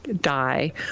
die